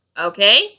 okay